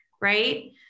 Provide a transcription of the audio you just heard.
right